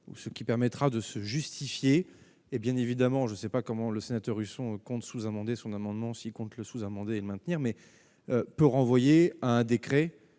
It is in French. ce qui permettra de se justifier et bien évidemment, je ne sais pas comment le sénateur Husson compte sous-amender son amendement s'il compte le sous-amender le maintenir mais peut renvoyer à un décret,